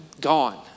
gone